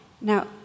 Now